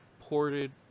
ported